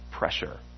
Pressure